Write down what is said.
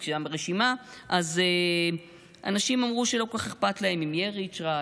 על רשימה אנשים אמרו שלא כל כך אכפת להם אם יהיה ריצ'רץ',